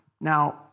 Now